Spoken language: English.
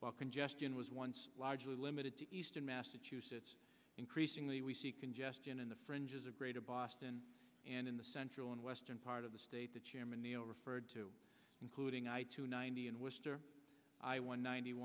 while congestion was once largely limited to eastern massachusetts increasingly we see congestion in the fringes of greater boston and in the central and western part of the state the chairman neal referred to including i two ninety in wister i won ninety